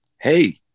hey